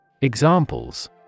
Examples